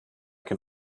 can